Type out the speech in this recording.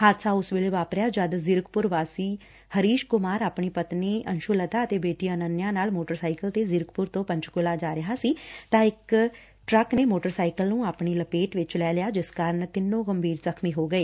ਹਾਦਸਾ ਉਸ ਸਮੇ' ਵਾਪਰਿਆ ਜਦ ਜ਼ੀਰਕਪੁਰ ਦਾਸੀ ਹਰੀਸ਼ ਕੁਮਾਰ ਆਪਣੀ ਪਤਨੀ ਅੰਸੁਲਤਾ ਅਤੇ ਬੇਟੀ ਅਨੰਨਿਆ ਨਾਲ ਸੋਟਰਾਸਾਈਕਲ ਤੇ ਜ਼ੀਕਰਪੁਰ ਤੋਂ ਪੰਚਕੁਲਾ ਜਾ ਰਿਹਾ ਸੀ ਤਾ ਇਕ ਟਰੱਕ ਨੇ ਸੋਟਰਸਾਈਕਲ ਨੂੰ ਆਪਣੀ ਲਪੇਟ ਵਿੱਚ ਲੈ ਲਿਆ ਜਿਸ ਕਾਰਨ ਤਿੰਨੋ ਗੰਭੀਰ ਜਖ਼ਮੀ ਹੋ ਗਏ